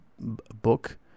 book